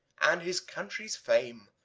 and his country's fame,